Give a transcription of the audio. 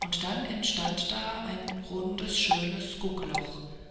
und dann entstand da ein rundes schönes guckloch